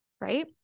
right